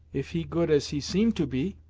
if he good as he seem to be.